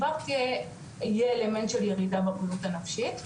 כבר יהיה אלמנט של ירידה בבריאות הנפשית.